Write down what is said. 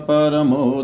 Paramo